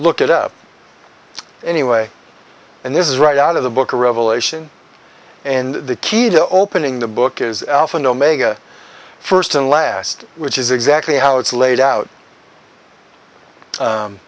look it up anyway and this is right out of the book of revelation and the key to opening the book is alpha and omega first and last which is exactly how it's laid out